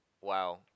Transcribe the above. wow